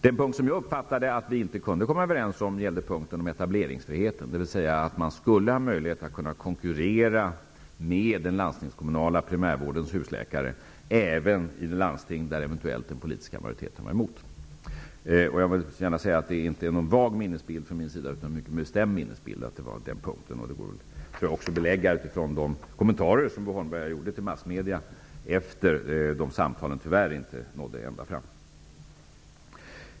Den punkt jag uppfattade att vi inte kunde komma överens om gällde etableringsfriheten, dvs. att man skall ha möjlighet att konkurrera med den landstingskommunala primärvårdens husläkare även i landsting där den politiska majoriteten eventuellt är emot. Jag har ingen vag utan en mycket bestämd minnesbild av att det var den punkten det gällde. Det kan också beläggas av de kommentarer som Bo Holmberg gjorde till massmedierna efter samtalen, som tyvärr inte nådde ända fram.